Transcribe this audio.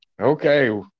Okay